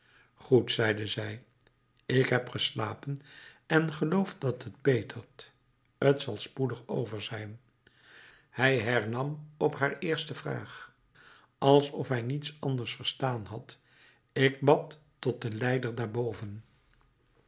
goed zeide zij ik heb geslapen en geloof dat het betert t zal spoedig over zijn hij hernam op haar eerste vraag alsof hij niets anders verstaan had ik bad tot den lijder daarboven